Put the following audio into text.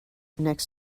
next